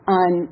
on